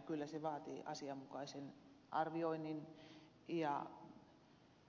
kyllä se vaatii asianmukaisen arvioinnin ja